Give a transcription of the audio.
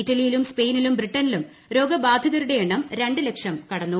ഇറ്റലിയിലും സ്പെയിനിലും ബ്രിട്ടുനിലും രോഗബാധി തരുടെ എണ്ണം രണ്ട് ലക്ഷം കടന്നു